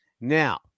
Now